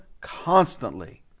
constantly